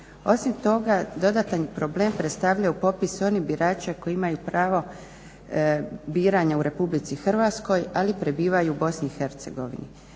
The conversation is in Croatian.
Osim toga dodatan problem predstavljaju popis oni birača koji imaju pravo biranja u RH ali prebivaju u BiH.